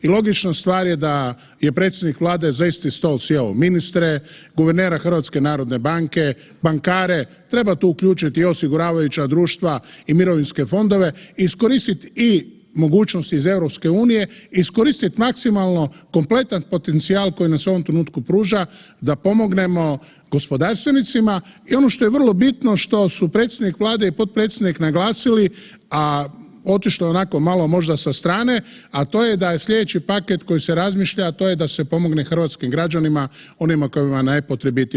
I logična stvar je da je predsjednik Vlade za isti stol sjeo ministre, guvernera HNB-a, bankare, treba tu uključiti i osiguravajuća društva i mirovinske fondove, iskoristit i mogućnost iz EU, iskoristi maksimalno kompletan potencijal koji nam se u ovom trenutku pruža da pomognemo gospodarstvenicima i ono što je vrlo bitno što su predsjednik Vlade i potpredsjednik naglasili, a otišlo je onako možda malo sa strane, a to je da je slijedeći paket koji se razmišlja, a to je da se pomogne hrvatskim građanima onima kojima je najpotrebitije.